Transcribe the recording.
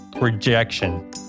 Rejection